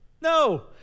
No